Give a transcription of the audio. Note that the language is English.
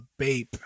Bape